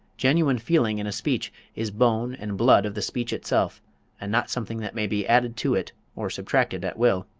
genuine feeling in a speech is bone and blood of the speech itself and not something that may be added to it or substracted at will.